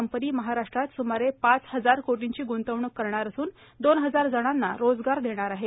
company महाराष्ट्रात सुमारे पाच हजार कोर्टीची गुंतवणूक करणार असून दोन हजार जणांना रोजगार देणार आहे